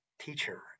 teacher